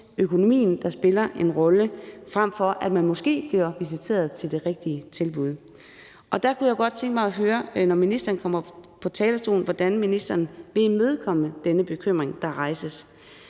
økonomien, der spiller en rolle, frem for at man måske bliver visiteret til det rigtige tilbud. Der kunne jeg godt tænke mig at høre, når ministeren kommer på talerstolen, hvordan ministeren vil imødekomme denne bekymring, der rejses.